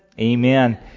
Amen